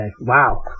wow